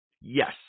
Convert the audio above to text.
Yes